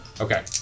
Okay